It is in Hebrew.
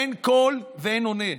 אין קול ואין עונה.